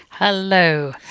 Hello